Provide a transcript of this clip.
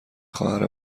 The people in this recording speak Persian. خواهر